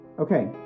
Okay